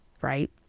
Right